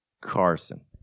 Carson